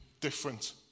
different